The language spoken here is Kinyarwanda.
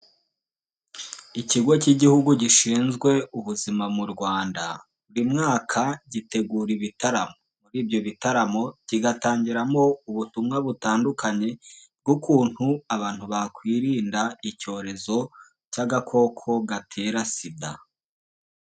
Ikigo cy'igihugu gishinzwe ubuzima mu Rwanda, buri mwaka gitegura ibitaramo. Muri ibyo bitaramo kigatangiramo ubutumwa butandukanye bw'ukuntu abantu bakwirinda icyorezo cy'agakoko gatera SIDA.